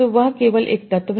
तो वह केवल 1 तत्व है